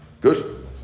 Good